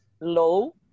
low